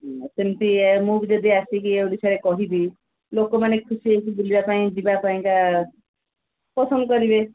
ସେମତି ମୁଁ ବି ଯଦି ଆସିକି ଓଡ଼ିଶାରେ କହିବି ଲୋକମାନେ ଖୁସି ହେଇକି ବୁଲିବାପାଇଁ ଯିବା ପାଇଁକା ପସନ୍ଦ କରିବେ